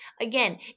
Again